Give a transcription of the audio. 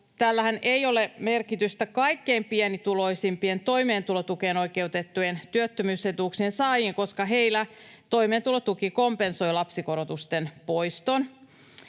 Tällähän ei ole merkitystä kaikkein pienituloisimpien toimeentulotukeen oikeutettujen työttömyysetuuksien saajiin, koska heillä toimeentulotuki kompensoi lapsikorotusten poiston.